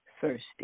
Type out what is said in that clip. thirsty